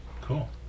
cool